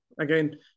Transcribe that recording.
again